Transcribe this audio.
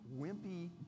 wimpy